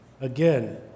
Again